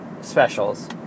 specials